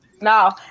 No